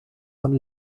von